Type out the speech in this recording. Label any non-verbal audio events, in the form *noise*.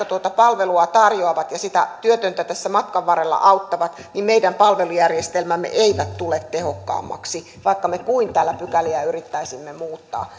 *unintelligible* tuota palvelua tarjoavat ja sitä työtöntä tässä matkan varrella auttavat meidän palvelujärjestelmämme eivät tule tehokkaammiksi vaikka me kuinka täällä pykäliä yrittäisimme muuttaa *unintelligible*